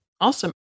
Awesome